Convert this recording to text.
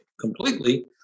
completely